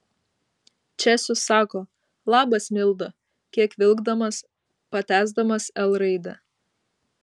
česius sako labas milda kiek vilkdamas patęsdamas l raidę